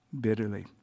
bitterly